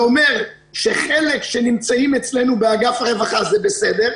זה אומר שחלק שנמצאים אצלנו באגף הרווחה זה בסדר,